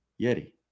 Yeti